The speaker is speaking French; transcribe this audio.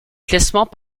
classement